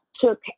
Took